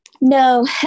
No